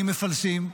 ממפלסים,